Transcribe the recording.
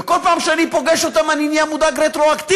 ובכל פעם שאני פוגש אותם אני נהיה מודאג רטרואקטיבית